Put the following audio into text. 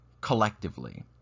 collectively